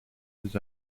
his